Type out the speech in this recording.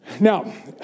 Now